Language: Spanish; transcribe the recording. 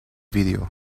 video